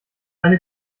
eine